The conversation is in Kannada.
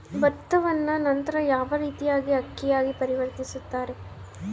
ಭತ್ತವನ್ನ ನಂತರ ಯಾವ ರೇತಿಯಾಗಿ ಅಕ್ಕಿಯಾಗಿ ಪರಿವರ್ತಿಸುತ್ತಾರೆ?